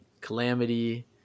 calamity